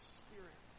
spirit